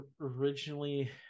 originally